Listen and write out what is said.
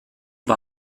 war